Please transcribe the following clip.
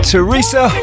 Teresa